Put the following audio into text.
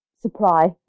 supply